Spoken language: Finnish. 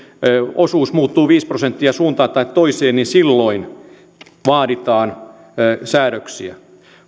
osuus muuttuu viisi prosenttia suuntaan tai toiseen niin silloin vaaditaan säädöksiä